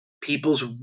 people's